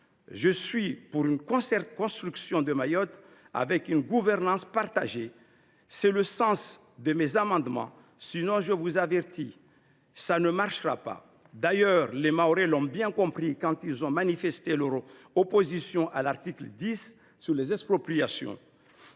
Je désire que la construction de Mayotte se fasse dans une gouvernance partagée : tel est le sens de mes amendements. Je vous avertis : sinon, cela ne marchera pas ! D’ailleurs, les Mahorais l’ont bien compris quand ils ont manifesté leur opposition à l’article 10 sur les expropriations.